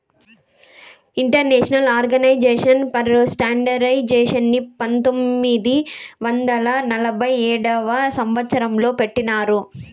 international organization for స్టాండర్డయిజేషన్ని పంతొమ్మిది వందల నలభై ఏడవ సంవచ్చరం లో పెట్టినారు